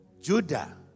Judah